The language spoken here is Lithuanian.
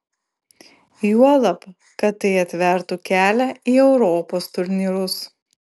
juolab kad tai atvertų kelią į europos turnyrus